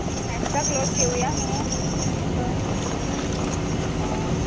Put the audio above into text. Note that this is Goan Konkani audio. एक्ट्रा क्लोज घेवया न्हू तर हय